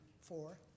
four